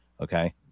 Okay